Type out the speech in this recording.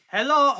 Hello